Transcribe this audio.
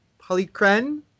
Polykren